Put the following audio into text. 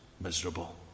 miserable